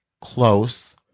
close